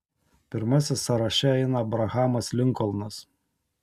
pirmasis sąraše eina abrahamas linkolnas